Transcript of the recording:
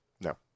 No